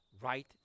right